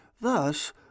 Thus